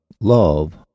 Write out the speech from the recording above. Love